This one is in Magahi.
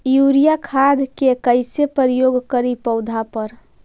यूरिया खाद के कैसे प्रयोग करि पौधा पर?